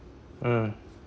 hmm